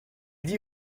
dit